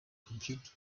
compute